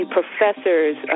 professors